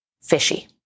fishy